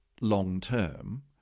long-term